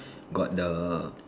got the